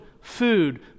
food